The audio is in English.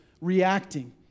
reacting